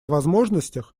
возможностях